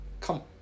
come